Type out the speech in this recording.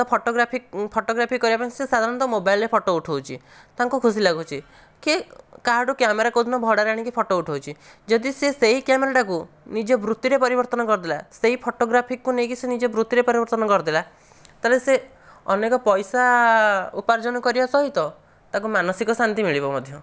ତ photography photography କରିବାପାଇଁ ସିଏ ସାଧାରଣତଃ ମୋବାଇଲ୍ରେ ଫୋଟୋ ଉଠଉଛି ତା'ଙ୍କୁ ଖୁସି ଲାଗୁଛି କି କାହାଠୁ କ୍ୟାମେରା କୋଉଦିନ ଭଡ଼ାରେ ଆଣିକି ଫୋଟୋ ଉଠାଉଛି ଯଦି ସିଏ ସେଇ କ୍ୟାମେରା କୁ ନିଜ ବୃତ୍ତିରେ ପରିବର୍ତ୍ତନ କରିଦେଲା ସେହି ଫୋଟୋଗ୍ରାଫିକୁ ନେଇ ସିଏ ନିଜ ବୃତ୍ତିରେ ପରିବର୍ତ୍ତନ କରିଦେଲା ତାହେଲେ ସିଏ ଅନେକ ପଇସା ଉପାର୍ଜନ କରିବା ସହିତ ତା'କୁ ମାନସିକ ଶାନ୍ତି ମିଳିବ ମଧ୍ୟ